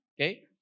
Okay